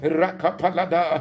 rakapalada